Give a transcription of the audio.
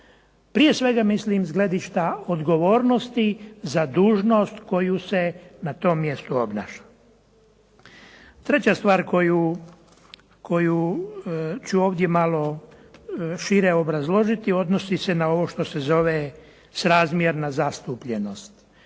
Prije svega mislim s gledišta odgovornosti za dužnost koju se na tom mjestu obnaša. Treća stvar koju ću ovdje malo šire obrazložiti odnosi se na ovo što se zove srazmjerna zastupljenost.